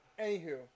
anywho